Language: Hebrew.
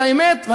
את יודעת מה?